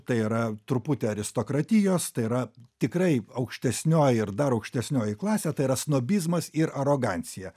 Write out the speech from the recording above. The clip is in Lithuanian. tai yra truputį aristokratijos tai yra tikrai aukštesnioji ir dar aukštesnioji klasė tai yra snobizmas ir arogancija